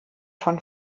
von